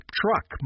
truck